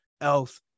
else